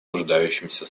нуждающимся